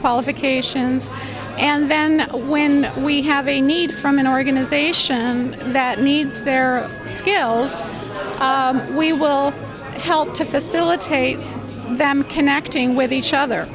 qualifications and then when we have a need from an organization that needs their skills we will help to facilitate them connecting with each other